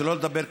שלא לדבר,